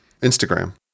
Instagram